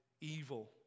evil